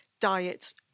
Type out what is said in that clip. diets